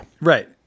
Right